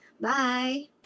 Bye